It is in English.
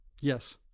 Yes